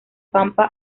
pampa